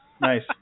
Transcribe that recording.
Nice